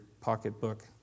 pocketbook